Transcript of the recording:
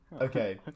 Okay